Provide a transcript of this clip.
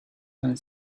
and